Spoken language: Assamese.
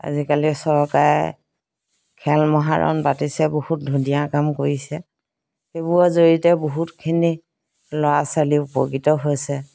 আজিকালি চৰকাৰে খেল মহাৰণ পাতিছে বহুত ধুনীয়া কাম কৰিছে সেইবোৰৰ জৰিয়তে বহুতখিনি ল'ৰা ছোৱালী উপকৃত হৈছে